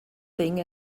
thing